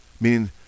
Meaning